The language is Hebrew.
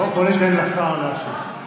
בוא ניתן לשר להשיב.